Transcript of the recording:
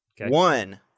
One